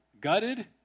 gutted